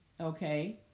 Okay